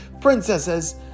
princesses